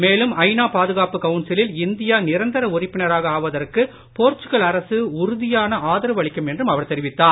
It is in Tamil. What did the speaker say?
மேலும் ஐநா பாதுகாப்பு கவுன்சிலில் இந்தியா நிரந்தர உறுப்பினராக ஆவதற்கு போர்ச்சுக்கல் அரசு உறுதியான ஆதரவு அளிக்கும் என்றும் அவர் தெரிவித்தார்